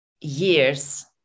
years